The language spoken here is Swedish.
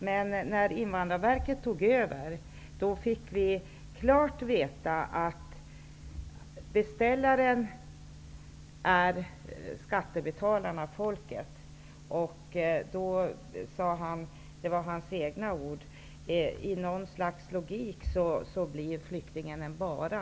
Men när Invandrarverket tog över fick vi klara besked om att det är skattebetalarna, svenska folket, som är beställare. Då sade den här mannen: I något slags logik blir flyktingen en vara.